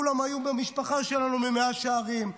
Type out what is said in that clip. כולם היו במשפחה שלנו ממאה שערים,